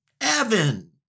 evan